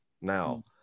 Now